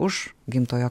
už gimtojo